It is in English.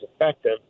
effective